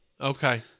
Okay